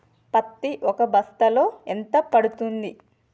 పత్తి ఒక బస్తాలో ఎంత పడ్తుంది?